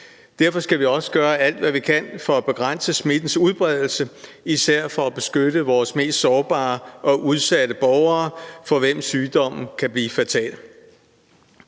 Derfor skal vi også gøre alt, hvad vi kan, for at begrænse smittens udbredelse især for at beskytte vores mest sårbare og udsatte borgere, for hvem sygdommen kan blive fatal.